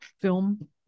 film